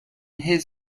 his